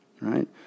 right